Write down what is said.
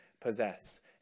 possess